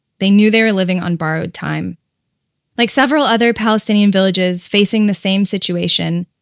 they knew they were living on borrowed time like several other palestinian villages facing the same situation,